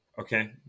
okay